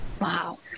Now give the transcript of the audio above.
Wow